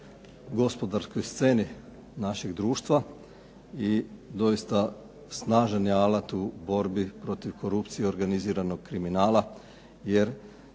gospodarskoj sceni našeg društva i doista snažan je alat u borbi protiv korupcije i organiziranog kriminala, jer